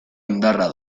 indarra